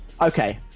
okay